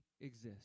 exist